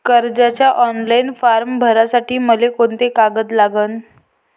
कर्जाचे online form भरासाठी मले कोंते कागद लागन?